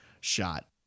shot